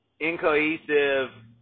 incohesive